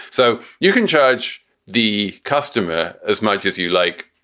so you can charge the customer as much as you like,